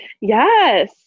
yes